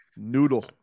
noodle